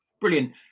Brilliant